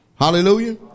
hallelujah